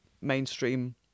mainstream